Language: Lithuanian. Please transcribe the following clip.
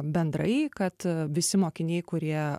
bendrai kad visi mokiniai kurie